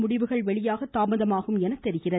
முடிவுகள் வெளியாக தாமதமாகும் என தெரிகிறது